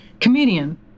comedian